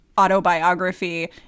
autobiography